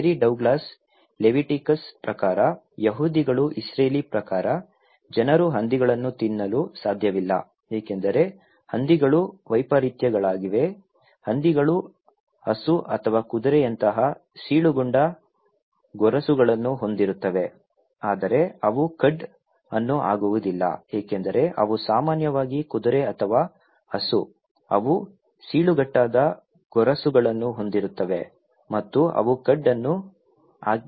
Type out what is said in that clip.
ಮೇರಿ Douglas Leviticus ಪ್ರಕಾರ ಯಹೂದಿಗಳು Israeli ಪ್ರಕಾರ ಜನರು ಹಂದಿಗಳನ್ನು ತಿನ್ನಲು ಸಾಧ್ಯವಿಲ್ಲ ಏಕೆಂದರೆ ಹಂದಿಗಳು ವೈಪರೀತ್ಯಗಳಾಗಿವೆ ಹಂದಿಗಳು ಹಸು ಅಥವಾ ಕುದುರೆಯಂತಹ ಸೀಳುಗೊಂಡ ಗೊರಸುಗಳನ್ನು ಹೊಂದಿರುತ್ತವೆ ಆದರೆ ಅವು ಕಡ್ ಅನ್ನುಅಗಿಯುವುದಿಲ್ಲ ಏಕೆಂದರೆ ಅವು ಸಾಮಾನ್ಯವಾಗಿ ಕುದುರೆ ಅಥವಾ ಹಸು ಅವು ಸೀಳುಗಟ್ಟಾದ ಗೊರಸುಗಳನ್ನು ಹೊಂದಿರುತ್ತವೆ ಮತ್ತು ಅವು ಕಡ್ ಅನ್ನು ಅಗಿಯುತ್ತವೆ